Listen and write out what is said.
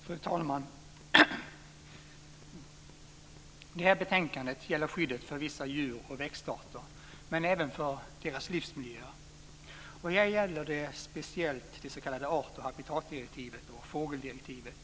Fru talman! Det här betänkandet gäller skyddet för vissa djur och växtarter och även skyddet för deras livsmiljöer. Här gäller det speciellt det s.k. artoch habitatdirektivet och fågeldirektivet.